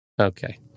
Okay